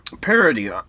Parody